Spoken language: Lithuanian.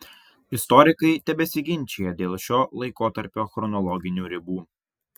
istorikai tebesiginčija dėl šio laikotarpio chronologinių ribų